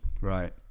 right